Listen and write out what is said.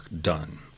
done